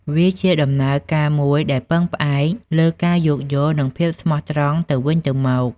វាជាដំណើរការមួយដែលពឹងផ្អែកលើការយោគយល់ និងភាពស្មោះត្រង់ទៅវិញទៅមក។